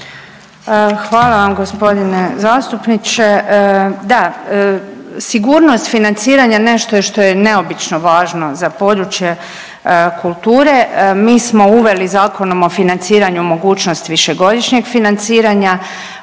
Hvala vam gospodine zastupniče, da sigurnost financiranja nešto je što je neobično važno za područje kulture. Mi smo uveli zakonom o financiranju mogućnost višegodišnjeg financiranja.